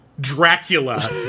dracula